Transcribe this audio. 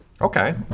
Okay